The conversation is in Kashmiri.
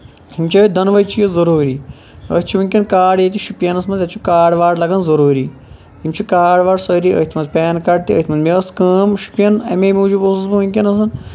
یِم چھِ دۄنوٕے چیٖز ضروٗری أتھۍ چھُ ییٚتن شُپینَس منٛز ییٚتہِ چھُ کاڈ واڈ لگان ضروٗری یِم چھِ کاڈ واڈ سٲری أتھۍ منٛز پین کاڈ تہِ أتھۍ منٛز مےٚ ٲسۍ کٲم شُپین اَمہِ موٗجوٗب اوسُس بہٕ وٕنکیٚن زَن